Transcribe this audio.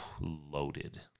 Loaded